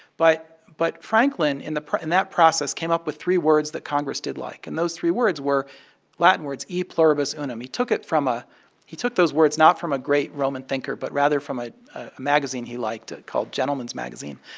but but franklin, in that process, came up with three words that congress did like and those three words were latin words e pluribus unum. he took it from a he took those words not from a great roman thinker but rather from ah a magazine he liked called gentleman's magazine.